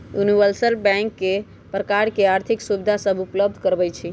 universal bank कय प्रकार के आर्थिक सुविधा सभ उपलब्ध करबइ छइ